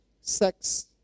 sex